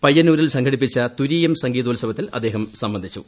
പയ്യന്നൂരിൽ സംഘടിപ്പിച്ച തുരീയം സംഗീതോത്സവത്തിൽ അദ്ദേഹം സംബന്ധിച്ചു